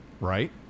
right